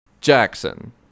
jackson